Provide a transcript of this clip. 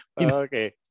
okay